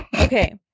Okay